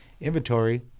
inventory